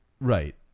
Right